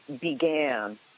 began